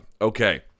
Okay